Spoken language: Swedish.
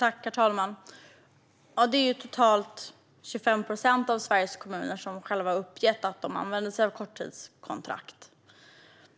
Herr talman! Det är totalt 25 procent av Sveriges kommuner som själva har uppgett att de använder sig av korttidskontrakt.